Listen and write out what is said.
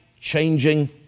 changing